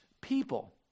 people